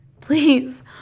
Please